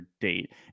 date